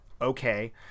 Okay